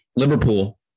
Liverpool